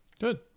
good